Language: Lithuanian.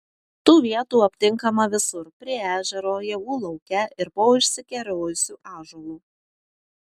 tų vietų aptinkama visur prie ežero javų lauke ir po išsikerojusiu ąžuolu